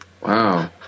wow